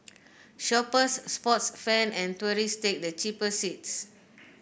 shoppers sports fan and tourists take the cheaper seats